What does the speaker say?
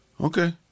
Okay